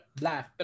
laugh